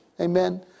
Amen